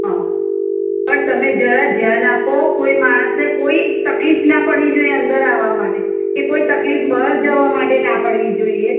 હ પણ તમે જરા ધ્યાન આપો કોઈ માણસને કોઈ તકલીફ ન પડવી જોઈએ અંદર આવા માટે કે કોઈ તકલીફ બહાર જવા માટે ન પડવી જોઈએ